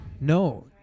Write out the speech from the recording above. no